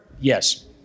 Yes